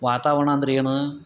ವಾತಾವರಣ ಅಂದ್ರೆ ಏನು